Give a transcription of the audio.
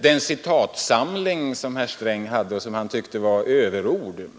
Den citatsamling som herr Sträng återgav tyckte han var överord.